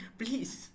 please